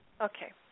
Okay